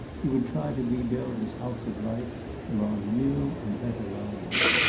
he would try to rebuild his house of life along new and better lines.